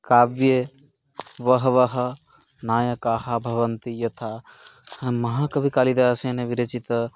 काव्ये बहवः नायकाः भवन्ति यथा महाकविकालिदासेन विरचितानि